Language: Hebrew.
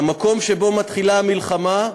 במקום שבו מתחילה המלחמה,